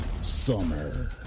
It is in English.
Summer